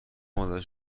متوجه